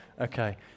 Okay